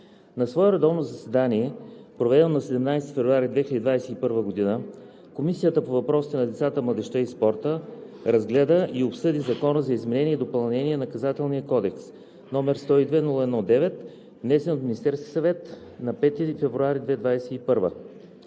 На свое редовно заседание, проведено на 17 февруари 2021 г., Комисията по въпросите на децата, младежта и спорта разгледа и обсъди Закона за изменение и допълнение на Наказателния кодекс, № 102-01-9, внесен от Министерския съвет на 05 февруари 2021